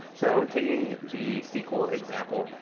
so taking the sql example,